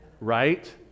right